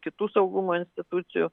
kitų saugumo institucijų